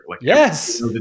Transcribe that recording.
Yes